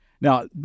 Now